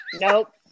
Nope